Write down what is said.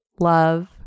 love